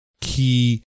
key